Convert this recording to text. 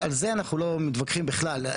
על זה אנחנו לא מתווכחים בכלל,